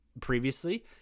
previously